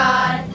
God